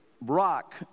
rock